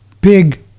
big